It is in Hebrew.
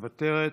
מוותרת.